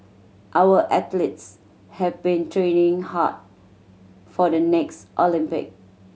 our athletes have been training hard for the next Olympic